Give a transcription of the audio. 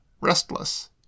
Restless